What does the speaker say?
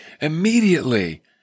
immediately